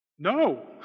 No